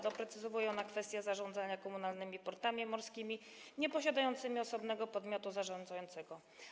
Doprecyzowuje ona kwestię zarządzania komunalnymi portami morskimi nieposiadającymi osobnego podmiotu zarządzającego.